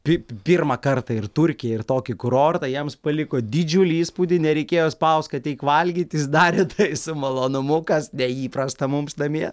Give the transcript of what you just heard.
kaip pirmą kartą ir turkiją ir tokį kurortą jiems paliko didžiulį įspūdį nereikėjo spaust kad eik valgyt jis darė tai su malonumu kas neįprasta mums namie